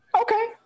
Okay